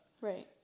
Right